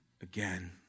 again